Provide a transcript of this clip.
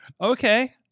Okay